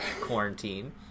quarantine